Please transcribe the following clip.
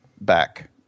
Back